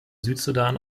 südsudan